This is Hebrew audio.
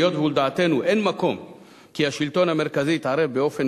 היות שלדעתנו אין מקום שהשלטון המרכזי יתערב באופן